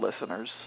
listeners